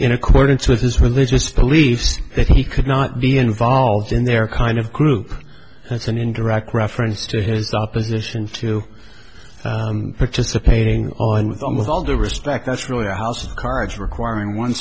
in accordance with his religious beliefs that he could not be involved in their kind of group that's an indirect reference to his opposition to participating on with them with all due respect that's really a house of cards requiring one